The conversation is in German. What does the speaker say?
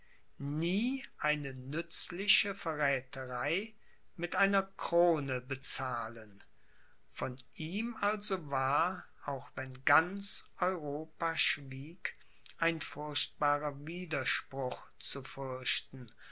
nie eine nützliche verrätherei mit einer krone bezahlen von ihm also war auch wenn ganz europa schwieg ein furchtbarer widerspruch zu